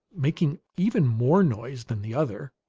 making even more noise than the other,